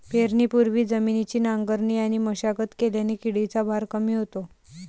पेरणीपूर्वी जमिनीची नांगरणी आणि मशागत केल्याने किडीचा भार कमी होतो